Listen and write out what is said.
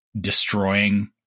destroying